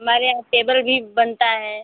हमारे यहाँ टेबल भी बनता है